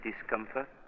discomfort